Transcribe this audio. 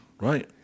Right